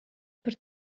per